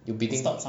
you beating